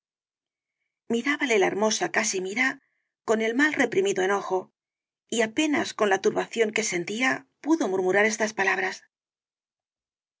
mirábale la hermosa casimira con mal reprimido enojo y apenas con la turbación que sentía pudo murmurar estas palabras